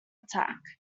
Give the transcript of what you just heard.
attack